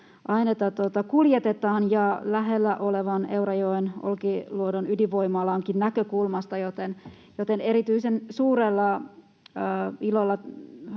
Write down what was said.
aineita kuljetetaan, kuin lähellä olevan Eurajoen Olkiluodon ydinvoimalaakin, joten erityisen suurella ilolla